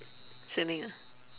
swimming ah